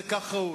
זה כך ראוי.